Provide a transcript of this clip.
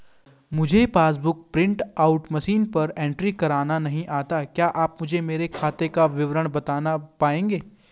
मुझे passbook book print out machine पर entry करना नहीं आता है क्या आप मुझे मेरे खाते का विवरण बताना पाएंगे?